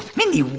mindy,